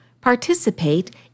participate